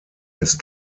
ist